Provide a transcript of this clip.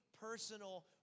personal